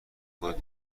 خودت